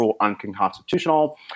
unconstitutional